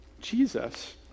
Jesus